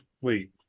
wait